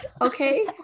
okay